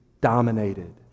dominated